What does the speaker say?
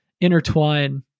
intertwine